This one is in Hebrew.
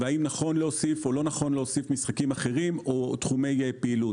האם נכון או לא נכון להוסיף משחקים אחרים או תחומי פעילות.